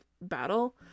battle